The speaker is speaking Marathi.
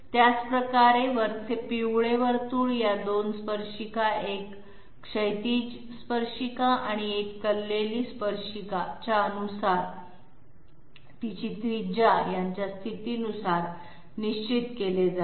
त्याच प्रकारे वरचे पिवळे वर्तुळ या 2 स्पर्शिका एक क्षैतिज स्पर्शिका आणि एक कललेली स्पर्शिका च्या अनुसार आणि तिची त्रिज्या यांच्या स्थितीनुसार निश्चित केले जाते